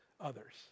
others